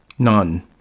none